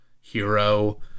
hero